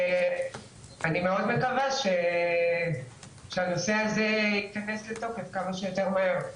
אני מאוד מקווה שהנושא הזה ייכנס לתוקף כמה שיותר מהר.